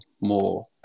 more